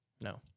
No